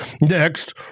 Next